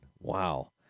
Wow